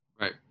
Right